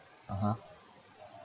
(uh huh)